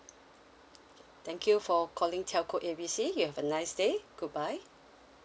thank you for calling telco A B C you have a nice day goodbye